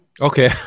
Okay